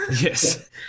yes